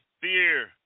fear